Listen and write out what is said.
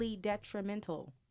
detrimental